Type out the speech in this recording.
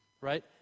Right